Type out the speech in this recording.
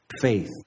faith